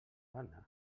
banda